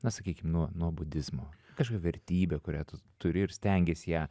na sakykim nuo nuo budizmo kažkokia vertybė kurią tu turi ir stengies ją